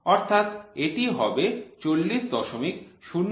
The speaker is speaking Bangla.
অর্থাৎ এটি হবে ৪০০০০